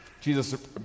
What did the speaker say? Jesus